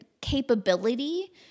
capability